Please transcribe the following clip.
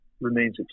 remains